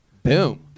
Boom